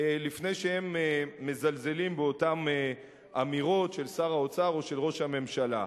לפני שהם מזלזלים באותן אמירות של שר האוצר או של ראש הממשלה.